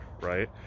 right